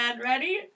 Ready